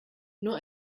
nur